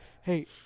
Hey